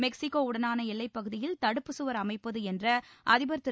Mexico உடனான எல்லைப்பகுதியில் தடுப்புச்சுவர் அமைப்பது என்ற அதிபர் திரு